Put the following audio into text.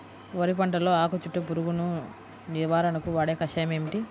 వరి పంటలో ఆకు చుట్టూ పురుగును నివారణకు వాడే కషాయం ఏమిటి?